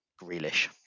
Grealish